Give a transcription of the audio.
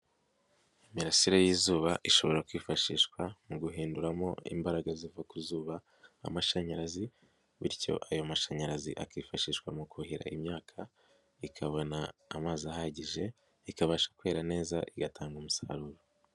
Imirasire y'izuba ishobora kwifashishwa mu guhinduramo imbaraga ziva ku zuba amashanyarazi bityo ayo mashanyarazi akifashishwa mu kuhira imyaka ikabona amazi ahagije ikabasha kwera neza igatanga umusaruro.